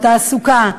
התעסוקה,